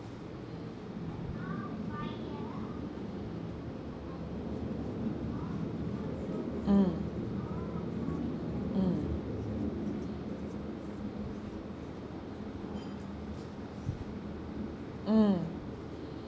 mm mm mm